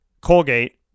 Colgate